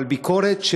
אבל ביקורת,